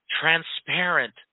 transparent